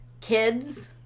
kids